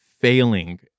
failing